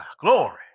Glory